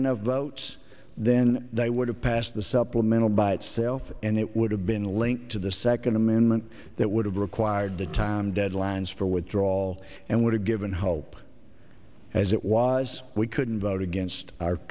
enough votes then they would have passed the supplemental by itself and it would have been linked to the second amendment that would have required the time deadlines for withdrawal and would have given hope as it was we couldn't vote against our